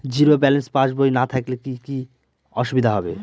Zero balance passbook না থাকলে কি কী অসুবিধা হবে?